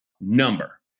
number